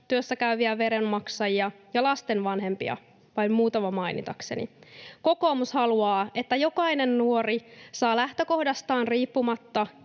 työssä käyviä veronmaksajia ja lasten vanhempia, vain muutaman mainitakseni. Kokoomus haluaa, että jokainen nuori saa lähtökohdastaan riippumatta